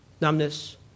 numbness